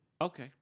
Okay